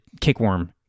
kickworm